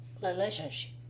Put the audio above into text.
relationship